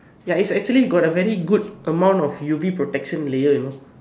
ya is actually got a very good amount of U_V protection layer you know